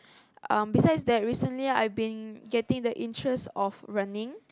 um besides that recently I've been getting the interest of running